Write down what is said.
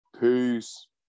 peace